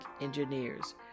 engineers